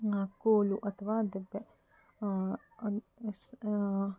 ಕೋಲು ಅಥವಾ ದಬ್ಬೆ